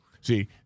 See